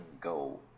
go